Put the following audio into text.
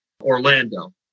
Orlando